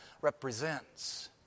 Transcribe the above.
represents